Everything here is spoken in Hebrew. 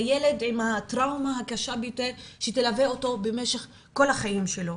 הילד עם הטראומה הקשה ביותר שתלווה אותו במשך כל החיים שלו.